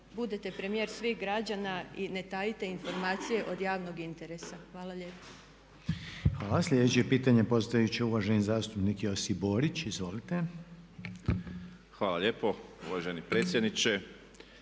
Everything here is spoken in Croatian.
budete premijer svih građana i ne tajite informacije od javnog interesa. Hvala lijepa. **Reiner, Željko (HDZ)** Hvala. Sljedeće pitanje postavit će uvaženi zastupnik Josip Borić, izvolite. **Borić, Josip (HDZ)** Hvala lijepo uvaženi predsjedniče.